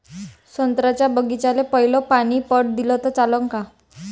संत्र्याच्या बागीचाले पयलं पानी पट दिलं त चालन का?